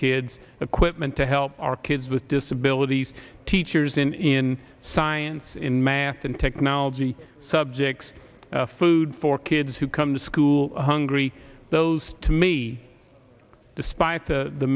kids equipment to help our kids with disabilities teachers in science in math and technology subjects food for kids who come to school hungry those to me despite the